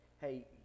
hey